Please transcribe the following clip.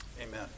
Amen